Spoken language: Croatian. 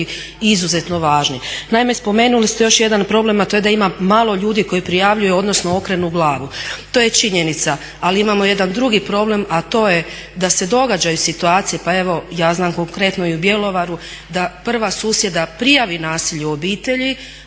izuzetno važni. Naime, spomenuli ste još jedan problem, a to je da ima malo ljudi koji prijavljuju odnosno okrenu glavu. To je činjenica. Ali imamo jedan drugi problem, a to je da se događaju situacije, pa evo ja znam konkretno i u Bjelovaru, da prva susjeda prijavi nasilje u obitelji,